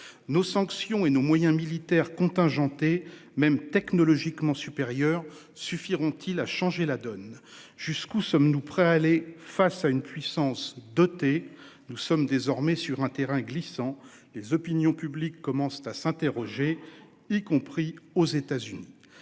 Nos sanctions et nos moyens militaires contingenté même technologiquement supérieur suffiront-ils à changer la donne. Jusqu'où sommes-nous prêts à aller face à une puissance dotée. Nous sommes désormais sur un terrain glissant. Les opinions publiques commence à s'interroger, y compris aux États-Unis.